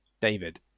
David